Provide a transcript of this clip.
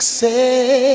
say